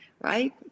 right